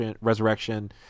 resurrection